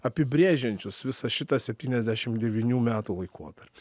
apibrėžiančius visą šitą septyniasdešim devynių metų laikotarpį